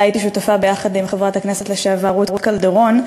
שלה הייתי שותפה ביחד עם חברת הכנסת לשעבר רות קלדרון.